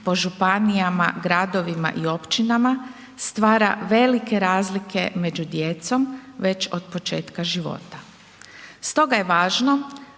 po županijama, gradovima i općinama stvara velike razlike među djecom već od početka života. Stoga je važno